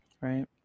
right